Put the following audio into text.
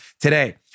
today